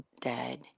dead